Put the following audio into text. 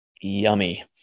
yummy